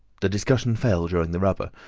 the discussion fell during the rubber,